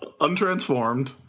untransformed